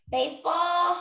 Baseball